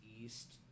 east